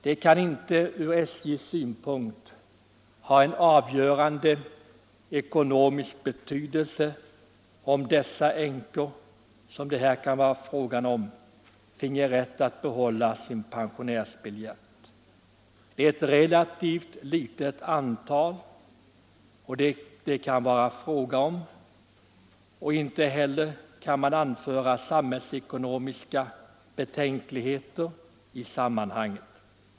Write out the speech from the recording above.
Det kan inte från SJ:s synpunkt ha en avgörande ekonomisk betydelse om de änkor det här kan vara fråga om finge rätt att behålla sin pensionärsbiljett. Det kan bara vara fråga om ett relativt litet antal, och man kan inte anföra samhällsekonomiska betänkligheter i sammanhanget.